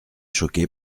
choqué